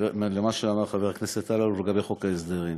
חבר הכנסת אלאלוף לגבי חוק ההסדרים.